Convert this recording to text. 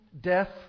death